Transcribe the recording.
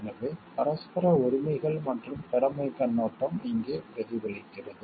எனவே பரஸ்பர உரிமைகள் மற்றும் கடமைக் கண்ணோட்டம் இங்கே பிரதிபலிக்கிறது